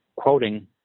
quoting